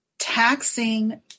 taxing